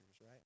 right